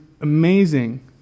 amazing